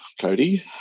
Cody